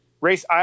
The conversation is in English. race